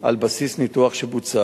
על בסיס ניתוח שבוצע.